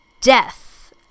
death